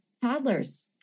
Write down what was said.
toddlers